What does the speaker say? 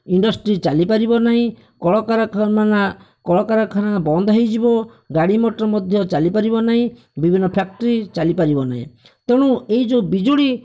industry ଚାଲି ପାରିବ ନାହିଁ କଳକାରଖାନା କଳକାରଖାନା ବନ୍ଦ ହେଇଯିବ ଗାଡ଼ି ମଟର ମଧ୍ୟ ଚାଲି ପାରିବ ନାହିଁ ବିଭିନ୍ନ ଫ୍ୟାକ୍ଟ୍ରି ଚାଲି ପାରିବ ନାହିଁ ତେଣୁ ଏହି ଯେଉଁ ବିଜୁଳି